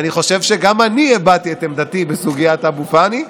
אני חושב שגם אני הבעתי את עמדתי בסוגיית אבו פאני,